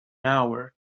hour